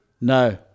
No